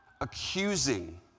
accusing